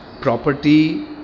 property